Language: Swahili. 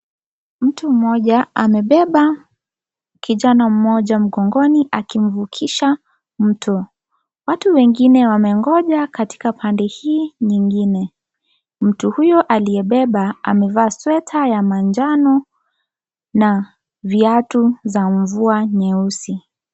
Mtu mmoja amebeba kijana mmoja mgongoni akimvukisha mto. Watu wengine wamengoja katika pande hii nyingine. Mtu huyo aliyebeba ameva sweater ya manjano na viatu za mvua nyeusi.